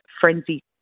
Frenzy